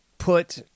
put